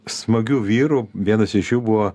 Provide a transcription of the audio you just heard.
smagių vyrų vienas iš jų buvo